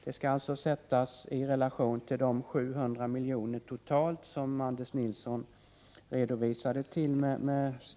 Detta skall sättas i relation till de totalt 700 milj.kr. som Anders Nilsson hänvisade till.